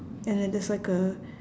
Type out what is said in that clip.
and then there's like a